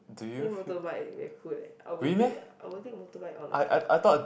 then motorbike very cool leh I will take I will take a motorbike honestly